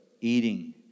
eating